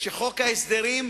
שחוק ההסדרים,